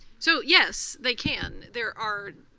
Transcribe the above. so yes, they can. there are